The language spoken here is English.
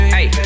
Hey